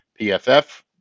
PFF